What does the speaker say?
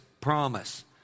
promise